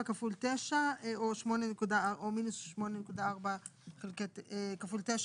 7 כפול 9 או מינוס 8.4 כפול 9,